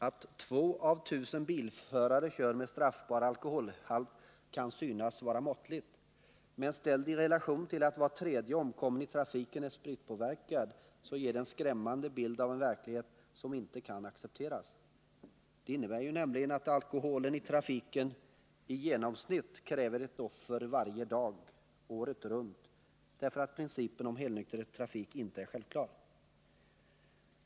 Att två — hol av tusen bilförare kör med straffbar alkoholhalt kan synas vara måttligt, men ställt i relation till att var tredje omkommen i trafiken är spritpåverkad ger det en skrämmande bild av en verklighet som inte kan accepteras. Det innebär nämligen att alkoholen i trafiken i genomsnitt kräver ett offer varje dag året runt, därför att principen om helnykter trafik inte är självklar.